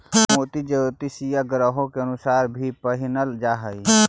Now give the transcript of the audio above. मोती ज्योतिषीय ग्रहों के अनुसार भी पहिनल जा हई